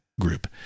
group